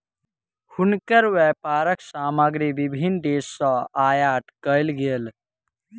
हुनकर व्यापारक सामग्री विभिन्न देस सॅ आयात कयल गेल